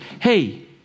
hey